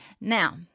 Now